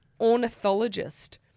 ornithologist